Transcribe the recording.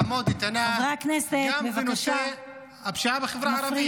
תעמוד איתנה גם בנושא הפשיעה בחברה הערבית.